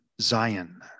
Zion